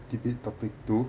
debate topic two